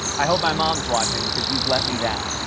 i hope my mom is watching because you've let me down.